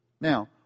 Now